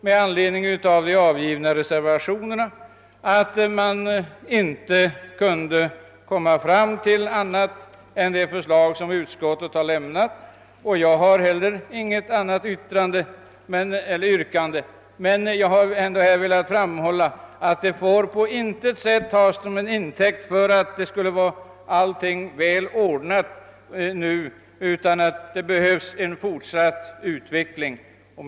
Med anledning av de framförda reservationerna kunde emellertid utskottet inte inta någon annan ståndpunkt än vad dess utlåtande innebär. Jag har inte något särskilt yrkande men har ändå velat framhålla att detta på intet sätt får tas lill intäkt för att allt skulle vara väl beställt. Det behövs en fortsatt utveckling på detta område.